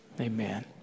Amen